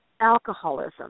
alcoholism